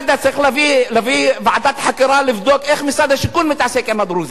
צריך להקים ועדת חקירה לבדוק איך משרד השיכון מתעסק עם הדרוזים,